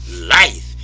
Life